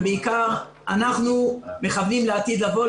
אנחנו מכוונים לעתיד לבוא,